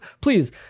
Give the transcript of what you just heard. Please